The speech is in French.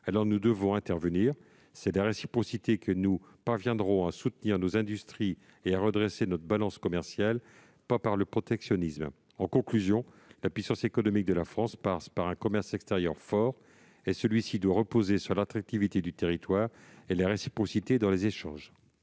alors nous devons intervenir. C'est par la réciprocité que nous parviendrons à soutenir nos industries et à redresser notre balance commerciale, pas par le protectionnisme. En conclusion, la puissance économique de la France passe par un commerce extérieur fort, lequel doit reposer sur l'attractivité du territoire et sur la réciprocité dans les échanges.